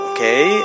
Okay